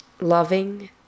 loving